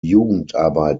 jugendarbeit